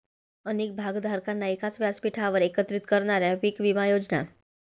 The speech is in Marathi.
अनेक भागधारकांना एकाच व्यासपीठावर एकत्रित करणाऱ्या पीक विमा योजना